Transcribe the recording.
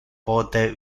pote